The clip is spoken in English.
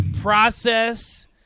process